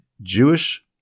Jewish